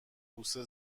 بوسه